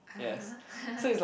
(uh huh)